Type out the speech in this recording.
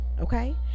Okay